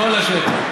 הכול השטח.